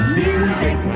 music